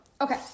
Okay